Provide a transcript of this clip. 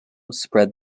spread